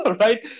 Right